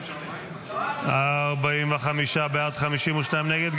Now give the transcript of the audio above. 45 בעד, 52 נגד.